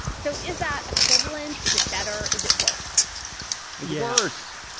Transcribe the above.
so is that equivalent. is it better. is it worse worse.